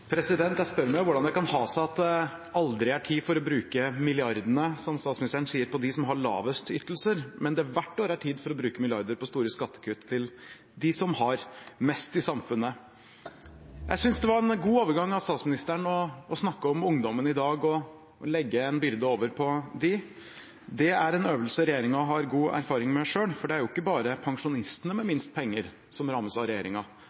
tid for å bruke milliardene – som statsministeren sier – på dem som har lavest ytelser, mens det hvert år er tid for å bruke milliarder på store skattekutt til dem som har mest i samfunnet. Jeg synes det var en god overgang av statsministeren å snakke om ungdommen i dag og det å legge en byrde over på dem. Det er en øvelse regjeringen har god erfaring med, for det er ikke bare pensjonistene med minst penger som rammes av